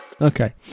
Okay